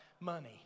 money